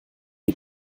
die